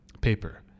paper